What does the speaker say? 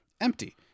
empty